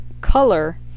color